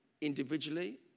individually